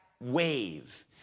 wave